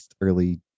early